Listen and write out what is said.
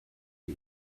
for